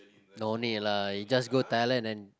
no need lah just go Thailand and